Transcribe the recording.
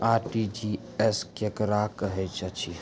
RTGS केकरा कहैत अछि?